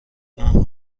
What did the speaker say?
اون